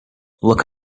look